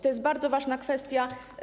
To jest bardzo ważna kwestia.